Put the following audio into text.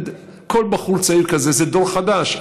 כל בחור צעיר כזה זה דור חדש.